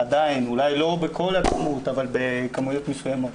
אולי לא בהיקף מלא אבל בכמויות מסוימות.